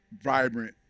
vibrant